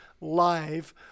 live